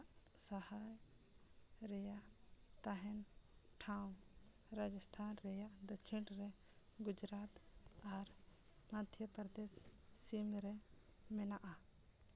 ᱦᱟᱜ ᱥᱟᱦᱟᱭ ᱨᱮᱭᱟᱜ ᱛᱟᱦᱮᱸᱱ ᱴᱷᱟᱶ ᱨᱟᱡᱚᱥᱛᱷᱟᱱ ᱨᱮᱭᱟᱜ ᱫᱚᱠᱷᱤᱱ ᱨᱮ ᱜᱩᱡᱽᱨᱟᱴ ᱟᱨ ᱢᱟᱫᱽᱫᱷᱚ ᱯᱨᱚᱫᱮᱥ ᱥᱤᱢ ᱨᱮ ᱢᱮᱱᱟᱜᱼᱟ